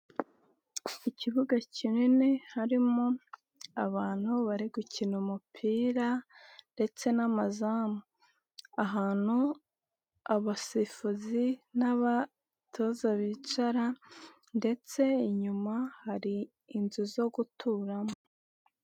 Ku kibuga kinini harimo abantu bari gukina umupira ndetse n'amazamu ahantu abasifuzi n'abatoza bicara, ndetse inyuma hari inzu zo guturamo.